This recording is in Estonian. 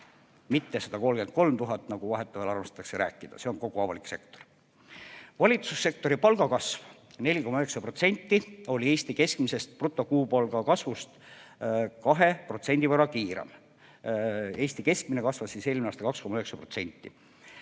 mitte 133 000, nagu vahetevahel armastatakse rääkida. See on kogu avalik sektor. Valitsussektori palgakasv 4,9% oli Eesti keskmisest brutokuupalga kasvust 2% võrra suurem – Eesti keskmine kasvas eelmisel aastal 2,9%